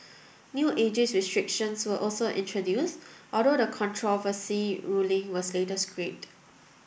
new ageist restrictions were also introduced although the controversial ruling was later scrapped